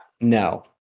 no